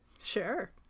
Sure